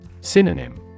Synonym